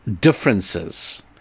differences